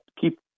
keep